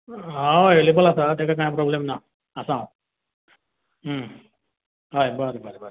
हांव एवेलेबल आसा तेका कांय प्रॉब्लेम ना आसा हांव हय बरें बरें बरें